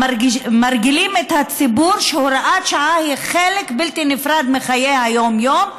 מרגילים את הציבור שהוראת שעה היא חלק בלתי נפרד מחיי היום-יום.